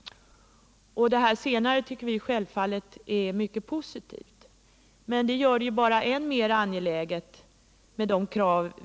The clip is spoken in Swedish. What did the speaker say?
Detta anser vi självfallet vara mycket positivt, men det gör ju våra krav än mer angelägna.